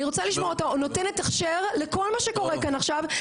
אני רוצה לשמוע אותה נותנת הכשר לכל מה שקורה כאן עכשיו,